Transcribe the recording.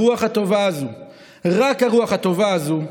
הרוח הטובה הזאת,